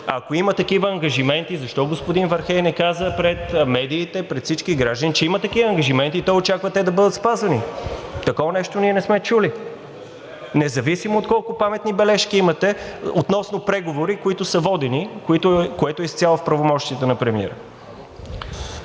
Ако има такива ангажименти, защо господин Вархеи не каза пред медиите, пред всички граждани, че има такива ангажименти и той очаква те да бъдат спазени. Такова нещо ние не сме чули, независимо от това колко паметни бележки имате относно преговори, които са водени, което е изцяло в правомощията на премиера.